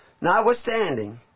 Notwithstanding